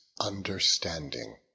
understanding